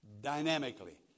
dynamically